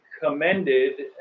commended